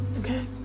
Okay